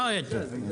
ראיד?